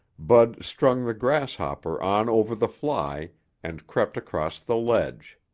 bud strung the grasshopper on over the fly and crept across the ledge.